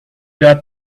got